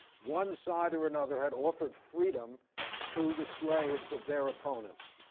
one side or another had offered freedom to the slaves of their opponents.